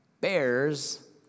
bears